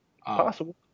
Possible